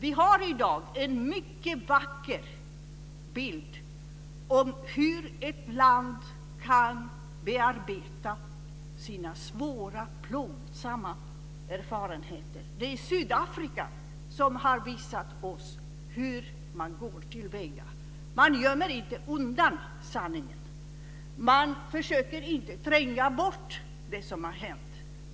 Vi har i dag en mycket vacker bild av hur ett land kan bearbeta sina svåra och plågsamma erfarenheter. Det är Sydafrika, som har visat oss hur man går till väga. Man gömmer inte undan sanningen. Man försöker inte tränga bort det som har hänt.